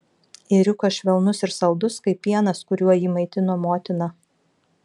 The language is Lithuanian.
ėriukas švelnus ir saldus kaip pienas kuriuo jį maitino motina